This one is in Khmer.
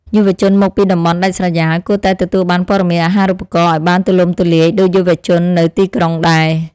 យុវជនមកពីតំបន់ដាច់ស្រយាលគួរតែទទួលបានព័ត៌មានអាហារូបករណ៍ឱ្យបានទូលំទូលាយដូចយុវជននៅទីក្រុងដែរ។